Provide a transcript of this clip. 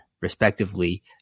respectively